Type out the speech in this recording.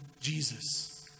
Jesus